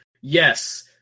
yes